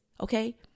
Okay